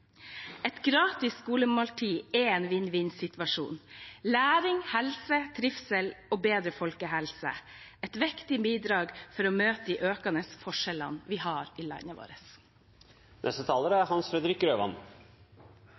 Et gratis skolemåltid er en vinn-vinn-situasjon. Læring, helse, trivsel og bedre folkehelse er viktige bidrag for å møte de økende forskjellene vi har i landet